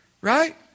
Right